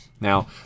Now